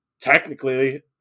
technically